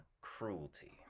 cruelty